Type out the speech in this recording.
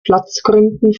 platzgründen